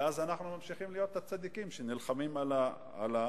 ואז אנחנו ממשיכים להיות הצדיקים שנלחמים על הדברים